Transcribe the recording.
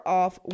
off